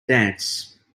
dance